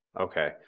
Okay